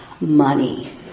money